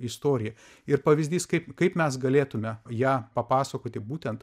istoriją ir pavyzdys kaip kaip mes galėtume ją papasakoti būtent